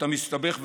אתה מסתבך והולך.